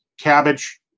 cabbage